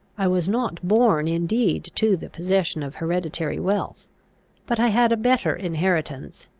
i was not born indeed to the possession of hereditary wealth but i had a better inheritance,